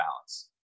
balance